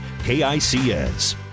KICS